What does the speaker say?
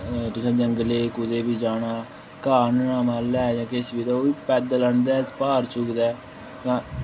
तुसें जंगल कुतै बी जाना घाऽ आह्नना माल्लै गित्तै जां किश बी ओह् बी पैदल आह्नदे भार चुकदे तां